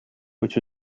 which